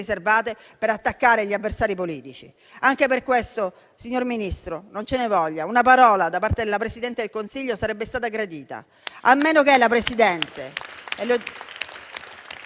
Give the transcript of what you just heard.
per attaccare gli avversari politici. Anche per questo, signor Ministro, non ce ne voglia, ma una parola da parte della Presidente del Consiglio sarebbe stata gradita. A meno che la Presidente